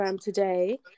today